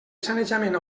sanejament